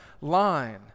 line